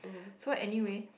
so anywhere